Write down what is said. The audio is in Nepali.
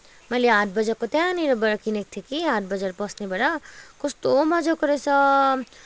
मैले हाट बजारको त्यहाँनिर किनेको थिएँ कि हाट बजार पस्नेबाट कस्तो मजाको रहेछ